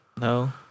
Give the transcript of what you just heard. No